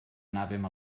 anàvem